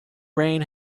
reign